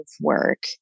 work